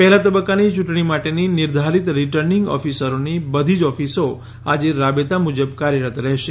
પહેલાં તબક્કાની ચૂંટણી માટેની નિર્ધારિત રિટર્નિંગ ઓફિસરોની બધી જ ઓફિસો આજે રાબેતા મુજબ કાર્યરત રહેશે